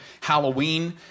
Halloween